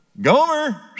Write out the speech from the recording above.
Gomer